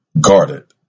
guarded